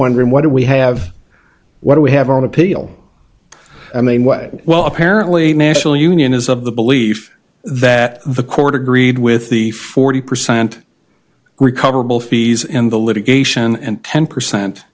wondering what do we have what do we have on appeal i mean way well apparently national union is of the belief that the court agreed with the forty percent recoverable fees in the litigation and ten percent